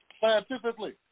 scientifically